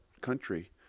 country